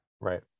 right